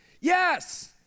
Yes